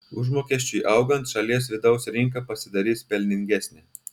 užmokesčiui augant šalies vidaus rinka pasidarys pelningesnė